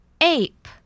Ape